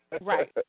right